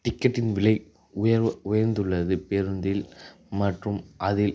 டிக்கெட்டின் விலை உயர்வு உயர்ந்துள்ளது பேருந்தில் மற்றும் அதில்